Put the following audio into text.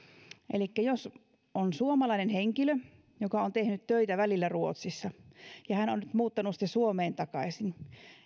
elikkä jos on suomalainen henkilö joka on tehnyt töitä välillä ruotsissa ja hän on nyt muuttanut suomeen takaisin